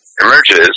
Emerges